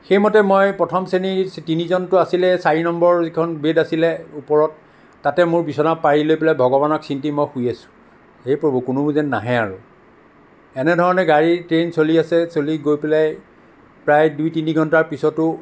সেইমতে মই প্ৰথম শ্ৰেণীৰ তিনিজনটো আছিলে চাৰি নম্বৰ যিখন বেড আছিল ওপৰত তাতে মোৰ বিছনা পাৰি লৈ পেলাই ভগৱানক চিন্তি মই শুই আছোঁ হে প্ৰভু কোনো যেন নাহে আৰু এনেধৰণে গাড়ী ট্ৰেইন চলি আছে চলি গৈ পেলাই প্ৰায় দুই তিনি ঘণ্টাৰ পিছতো